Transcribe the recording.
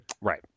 Right